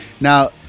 Now